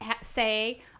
say